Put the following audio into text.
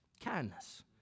Kindness